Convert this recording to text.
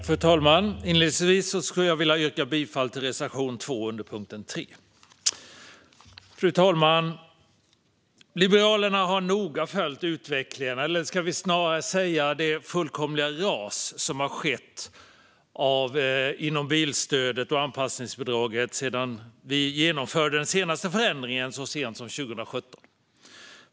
Fru talman! Inledningsvis vill jag yrka bifall till reservation 2 under punkt 3. Fru talman! Liberalerna har noga följt utvecklingen av, eller snarare det fullkomliga ras som har skett, inom bilstödet och anpassningsbidraget sedan vi genomförde den senaste förändringen så sent som 2017.